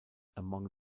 among